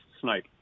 snipe